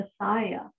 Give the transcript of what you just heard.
Messiah